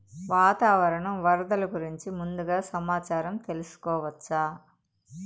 వాతావరణం వరదలు గురించి ముందుగా సమాచారం తెలుసుకోవచ్చా?